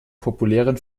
populären